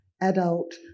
adult